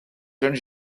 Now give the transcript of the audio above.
jeune